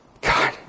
God